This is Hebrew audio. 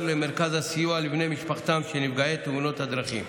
למרכז הסיוע לבני משפחותיהם של נפגעי תאונות דרכים.